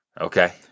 Okay